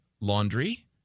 laundry